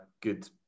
good